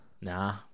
Nah